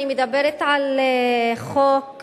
אני מדברת על חוק,